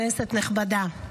נכבדה,